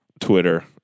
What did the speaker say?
Twitter